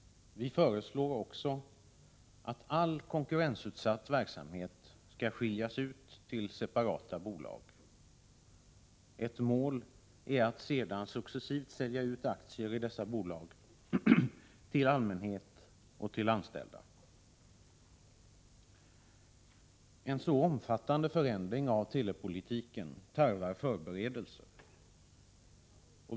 Vi föreslår också att all konkurrensutsatt verksamhet skall skiljas ut till separata bolag. Ett mål är att sedan successivt sälja ut aktier i dessa bolag till allmänhet och anställda. En så omfattande förändring av telepolitiken tarvar förberedelser.